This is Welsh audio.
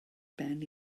ben